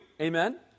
Amen